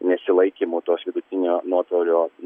nesilaikymu tos vidutinio nuotolio